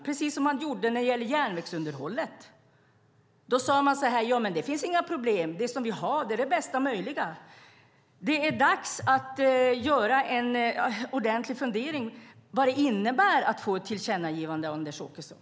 Man gjorde på samma sätt när det gällde järnvägsunderhållet och sade: Det finns inga problem. Det vi har är det bästa möjliga. Det är dags för regeringen att ta sig en ordentlig funderare på vad det innebär att få ett tillkännagivande, Anders Åkesson.